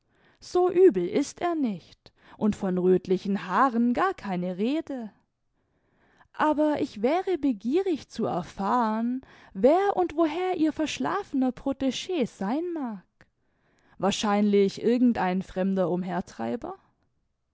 so übel ist er nicht und von röthlichen haaren gar keine rede aber ich wäre begierig zu erfahren wer und woher ihr verschlafener proteg sein mag wahrscheinlich irgend ein fremder